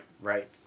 right